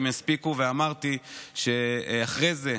אמרתי שאחרי זה,